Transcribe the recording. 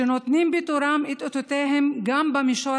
שנותנים בתורם את אותותיהם גם במישור